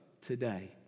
today